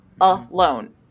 alone